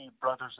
brothers